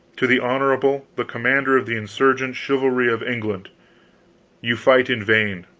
to the honorable the commander of the insurgent chivalry of england you fight in vain.